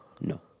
No